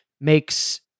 makes